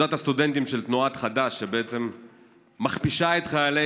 אגודת הסטודנטים של תנועת חד"ש שבעצם מכפישה את חיילי